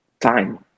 time